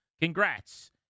Congrats